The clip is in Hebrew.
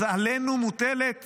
אז עלינו מוטלת